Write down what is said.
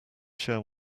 share